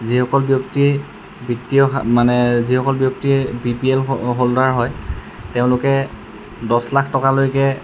যিসকল ব্যক্তিৰ বৃত্তিয় মানে যিসকল ব্যক্তিয়ে বি পি এল হোল্ডাৰ হয় তেওঁলোকে দহ লাখ টকালৈকে